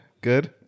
Good